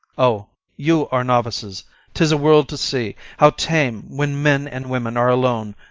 o! you are novices tis a world to see, how tame, when men and women are alone,